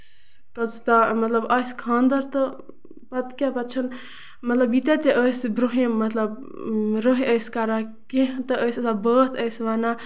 کٔژتانۍ مطلب آسہِ خاندر تہٕ پَتہٕ کیاہ پَتہٕ چھُنہٕ مطلب ییٚتیہِ ژٕ ٲسۍ برونہِم مطلب برونہہ ٲسۍ کران کیٚنہہ تہِ ٲسۍ آسان بٲتھ ٲسۍ وَنان